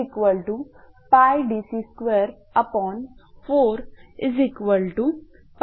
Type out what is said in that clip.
142 cm23